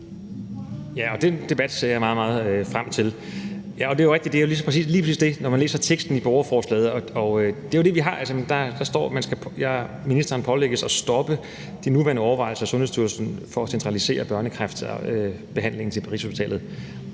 Ja, og den debat ser jeg meget, meget frem til. Det er jo rigtigt, at det lige præcis er det – når man læser teksten i borgerforslaget – at ministeren pålægges at stoppe de nuværende overvejelser i Sundhedsstyrelsen om at centralisere børnekræftbehandlingen på Rigshospitalet.